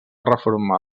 reformar